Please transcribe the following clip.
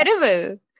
terrible